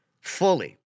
fully